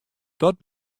dat